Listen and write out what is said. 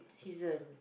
season